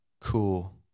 Cool